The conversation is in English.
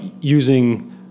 using